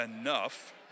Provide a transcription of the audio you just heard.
enough